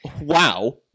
Wow